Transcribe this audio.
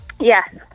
Yes